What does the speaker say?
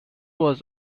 was